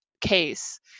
case